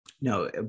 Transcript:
No